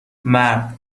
مرد